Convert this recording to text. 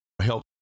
help